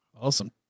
Awesome